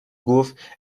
گفت